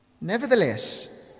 Nevertheless